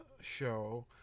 show